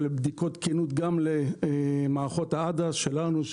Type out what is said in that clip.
בדיקות תקינות גם למערכות ה-ADAS שלנו,